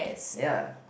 ya